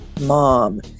mom